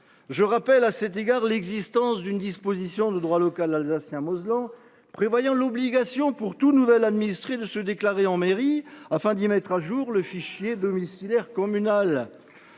veux rappeler l’existence d’une disposition du droit local alsacien mosellan, prévoyant l’obligation pour tout nouvel administré de se déclarer en mairie afin de mettre à jour le fichier domiciliaire communal.